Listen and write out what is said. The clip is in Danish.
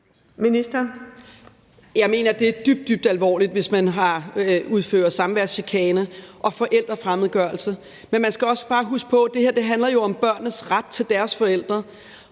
Jeg mener, det er dybt, dybt alvorligt, hvis man udfører samværschikane og forældrefremmedgørelse. Men man skal også bare huske på, at det her jo handler om børnenes ret til deres forældre.